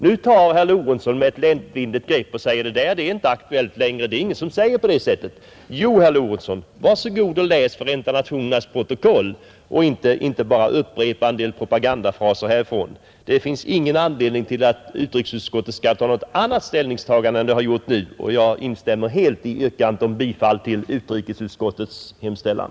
Nu kan herr Lorentzon med ett lättvindigt grepp säga: Det där är inte aktuellt längre, ingen säger på det sättet. Jo, herr Lorentzon! Var så god och läs Förenta nationernas protokoll och upprepa inte bara en del propagandafraser i från denna talarstol, Det finns ingen anledning för utrikesutskottet att göra något annat ställningstagande än det har gjort nu. Jag instämmer helt i yrkandet om bifall till utrikesutskottets hemställan,